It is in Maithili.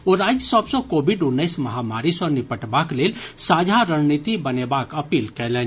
ओ राज्य सभ सँ कोविड उन्नैस महामारी सँ निपटबाक लेल साझा रणनीति बनेबाक अपील कयलनि